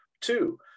Two